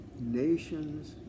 nations